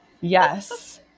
Yes